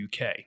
UK